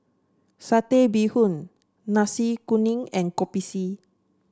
Satay Bee Hoon Nasi Kuning and Kopi C